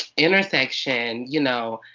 intersection, you know,